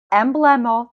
emblemo